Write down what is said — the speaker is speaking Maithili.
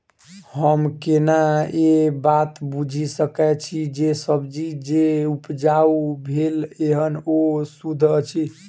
हम केना ए बात बुझी सकैत छी जे सब्जी जे उपजाउ भेल एहन ओ सुद्ध अछि?